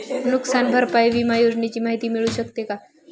नुकसान भरपाई विमा योजनेची माहिती मिळू शकते का?